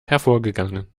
hervorgegangen